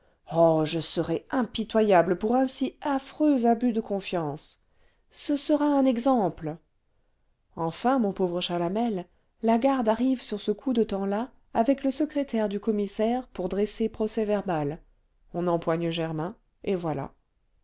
oh je serai impitoyable pour un si affreux abus de confiance ce sera un exemple enfin mon pauvre chalamel la garde arrive sur ce coup de temps-là avec le secrétaire du commissaire pour dresser procès-verbal on empoigne germain et voilà